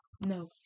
no